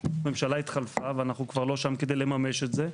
הממשלה התחלפה ואנחנו כבר לא שם כדי לממש את זה,